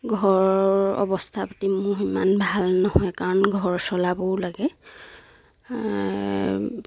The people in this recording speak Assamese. ঘৰৰ অৱস্থা পাতি মোৰ সিমান ভাল নহয় কাৰণ ঘৰ চলাবও লাগে